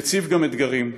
מציב גם אתגרים,